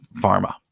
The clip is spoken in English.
pharma